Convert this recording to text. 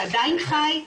זה עדיין חי,